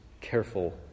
careful